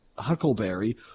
huckleberry